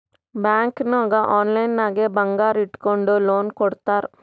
bank ನಾಗ್ online ನಾಗೆ ಬಂಗಾರ್ ಇಟ್ಗೊಂಡು ಲೋನ್ ಕೊಡ್ತಾರ್